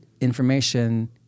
information